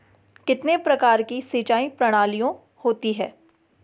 कितने प्रकार की सिंचाई प्रणालियों होती हैं?